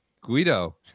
Guido